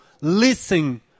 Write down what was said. listen